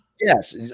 Yes